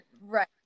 right